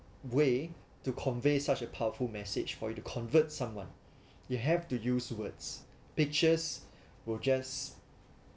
way to convey such a powerful message for you to convert someone you have to use words pictures we'll just